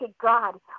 God